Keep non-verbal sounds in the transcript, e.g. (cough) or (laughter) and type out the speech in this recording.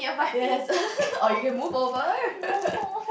yes (laughs) or you can move over